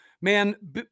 man